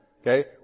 Okay